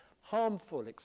harmful